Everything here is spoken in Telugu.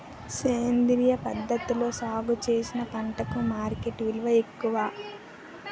సేంద్రియ పద్ధతిలో సాగు చేసిన పంటలకు మార్కెట్ విలువ ఎక్కువ